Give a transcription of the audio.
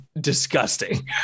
disgusting